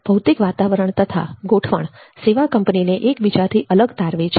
ભૌતિક વાતાવરણ તથા ગોઠવણ સેવા કંપનીને એકબીજાથી અલગ તારવે છે